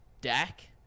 dak